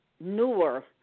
newer